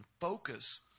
focus